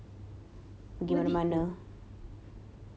what did